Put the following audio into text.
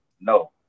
no